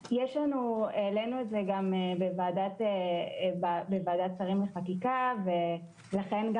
העלינו את זה גם בוועדת השרים לענייני חקיקה ולכן גם